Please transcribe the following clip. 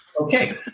Okay